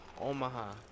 Omaha